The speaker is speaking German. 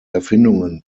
erfindungen